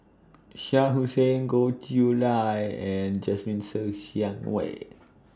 Shah Hussain Goh Chiew Lye and Jasmine Ser Xiang Wei